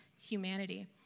humanity